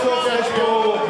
אוה.